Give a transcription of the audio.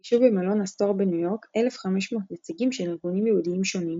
נפגשו במלון אסטור בניו יורק 1,500 נציגים של ארגונים יהודיים שונים,